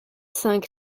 cinq